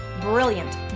brilliant